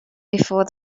before